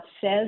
says